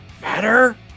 better